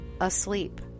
Asleep